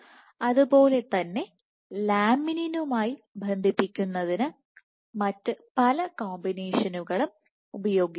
അതുപോലെ തന്നെ ലാമിനിനുമായി ബന്ധിപ്പിക്കുന്നതിന് മറ്റ് പല കോമ്പിനേഷനുകളും ഉപയോഗിക്കാം